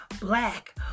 Black